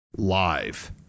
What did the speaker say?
Live